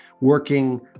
working